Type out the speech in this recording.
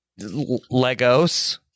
Legos